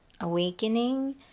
awakening